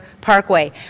parkway